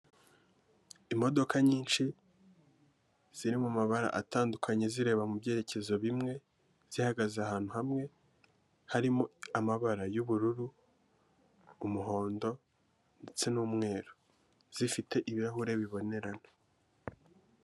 Imodoka nyinshi ziri mu mabara atandukanye zireba mu byerekezo bimwe, zihagaze ahantu hamwe, harimo amabara y'ubururu, umuhondo ndetse n'umweru, zifite ibirahure bibonerana.